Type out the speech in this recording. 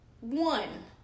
one